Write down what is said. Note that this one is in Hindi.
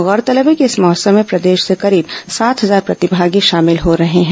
गौरतलब है कि इस महोत्सव में प्रदेश से करीब सात हजार प्रतिभागी शॉमिल हो रहे हैं